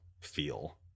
feel